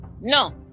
no